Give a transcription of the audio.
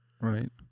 Right